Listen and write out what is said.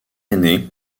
aîné